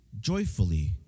joyfully